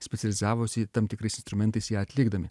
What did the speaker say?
specializavosi tam tikrais instrumentais ją atlikdami